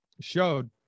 showed